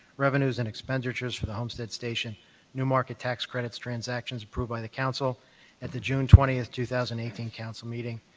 revenues, and expenditures for the homestead station new market tax credits transactions approved by the council at the june twentieth, two thousand and eighteen, council meeting.